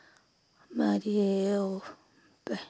हमारी ये वो